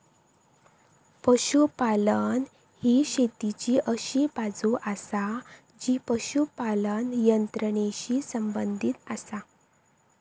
पशुपालन ही शेतीची अशी बाजू आसा जी पशुपालन यंत्रणेशी संबंधित आसा